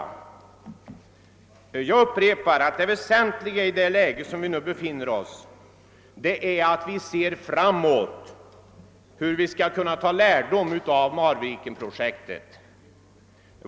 Jag upprepar att det väsentliga i det läge där vi nu befinner oss är att vi ser framåt, hur vi skall kunna ta lärdom av Marvikenprojektet.